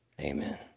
Amen